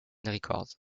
records